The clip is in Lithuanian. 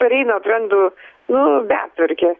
pareinat randu nu betvarkė